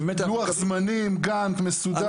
לוח זמנים מסודר.